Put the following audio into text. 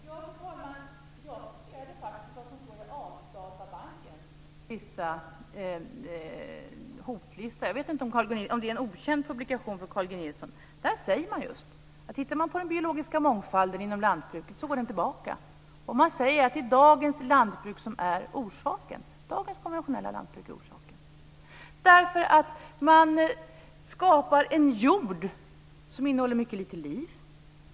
Fru talman! Jag citerade faktiskt det som stod i Artdatabankens senaste hotlista - jag vet inte om det är en okänd publikation för Carl G Nilsson. Där sägs det att den biologiska mångfalden inom jordbruket minskar och att det är dagens konventionella lantbruk som är orsaken. Man skapar en jord som innehåller mycket lite liv.